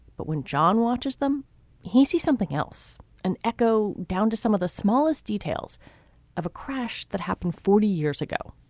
but when john watches them he sees something else an echo down to some of the smallest detail so of a crash that happened forty years ago.